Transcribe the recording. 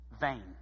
vain